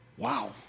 Wow